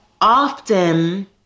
often